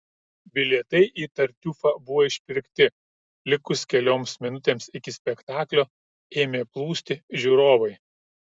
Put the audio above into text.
bilietai į tartiufą buvo išpirkti likus kelioms minutėms iki spektaklio ėmė plūsti žiūrovai